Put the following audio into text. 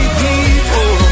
people